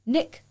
Nick